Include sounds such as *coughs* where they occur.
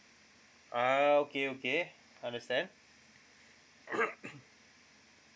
ah okay okay understand *coughs*